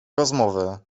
rozmowy